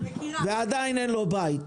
ועדיין אין לו בית.